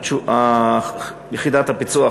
יחידת הפיצו"ח,